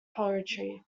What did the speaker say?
poetry